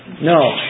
No